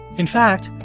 in fact,